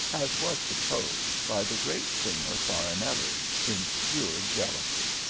as was supposed, by the great singer farinelli, in pure jealousy.